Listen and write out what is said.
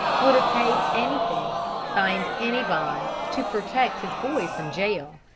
would have paid anything, signed any bond, to protect his boy from jail.